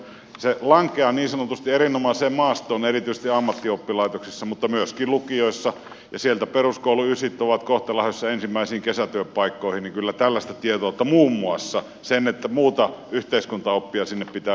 se lankeaa niin sanotusti erinomaiseen maastoon erityisesti ammattioppilaitoksissa mutta myöskin lukioissa ja kun sieltä peruskoulun ysit ovat kohta lähdössä ensimmäisiin kesätyöpaikkoihin niin kyllä muun muassa tällaista tietoutta tarvitaan sen lisäksi että muuta yhteiskuntaoppia sinne pitää vielä lisätä enemmän